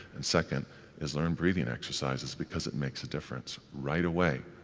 and second is learn breathing exercises because it makes a difference right away,